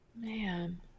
Man